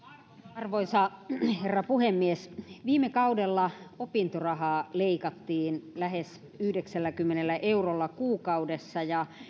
arvoisa herra puhemies viime kaudella opintorahaa leikattiin lähes yhdeksälläkymmenellä eurolla kuukaudessa ja